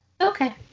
Okay